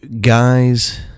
Guys